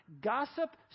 Gossip